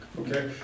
okay